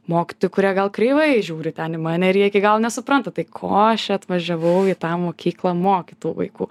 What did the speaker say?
mokytojų kurie gal kreivai žiūri ten į mane ir jie iki galo nesupranta tai ko aš čia atvažiavau į tą mokyklą mokyt tų vaikų